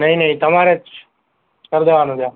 નઈ નઈ તમારે જ કર દેવાનું છે